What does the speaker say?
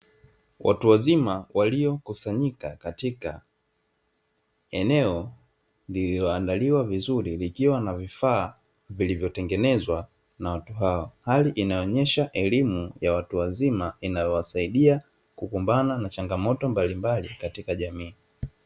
Watu wazima waliokusanyika katika eneo lililoandaliwa vizuri, likiwa na vifaa vilivyotengenezwa na watu hao. Hali inayoonesha elimu ya watu wazima inavyowasaidia kupambana na changamoto mbalimbali Katika jamii.